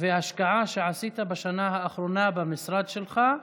וההשקעה שעשית בשנה האחרונה במשרד שלך,